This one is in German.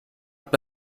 habe